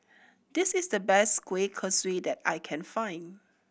this is the best kueh kosui that I can find